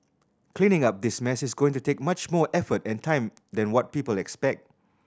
cleaning up this mess is going to take much more effort and time than what people expect